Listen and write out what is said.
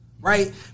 right